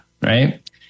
right